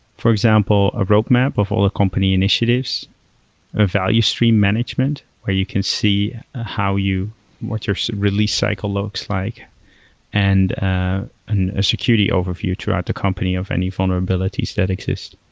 for example, a roadmap of all the company initiatives, a value stream management where you can see how you what's your release cycle looks like and ah and a security overview throughout the company of any vulnerabilities that exists.